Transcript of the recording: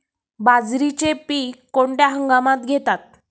बाजरीचे पीक कोणत्या हंगामात घेतात?